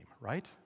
right